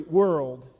world